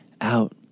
out